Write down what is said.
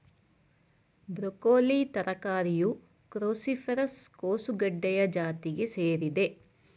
broccoli ತರಕಾರಿಯು cruciferous ಕೋಸುಗಡ್ಡೆಯ ಜಾತಿಗೆ ಸೇರಿದೆ